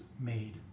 made